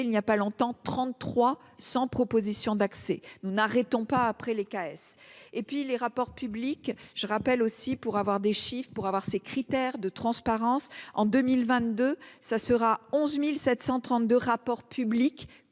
il n'y a pas longtemps 33 sans proposition d'accès nous n'arrêtons pas après les caisses et puis les rapports publics je rappelle aussi pour avoir des chiffres pour avoir ces critères de transparence en 2022 ça sera 11732 rapport public